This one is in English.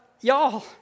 y'all